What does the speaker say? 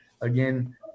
Again